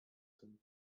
tym